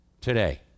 Today